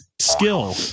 skill